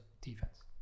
defense